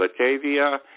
Latvia